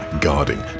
guarding